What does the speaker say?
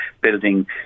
building